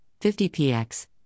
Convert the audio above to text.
50px